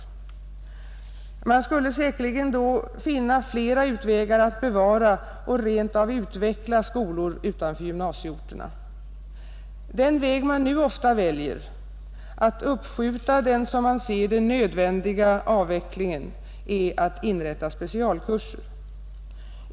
Man skulle säkerligen då finna flera utvägar att bevara och rent av utveckla skolor utanför gymnasieorterna. Den väg man nu ofta väljer att uppskjuta den som man ser det nödvändiga avvecklingen är att inrätta specialkurser.